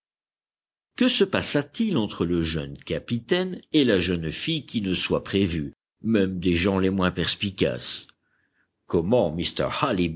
que se passa-t-il entre le jeune capitaine et la jeune fille qui ne soit prévu même des gens les moins perspicaces comment